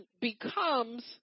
becomes